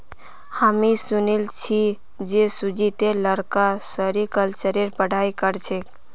हामी सुनिल छि जे सुजीतेर लड़का सेरीकल्चरेर पढ़ाई कर छेक